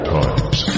times